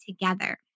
together